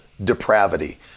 depravity